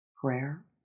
Prayer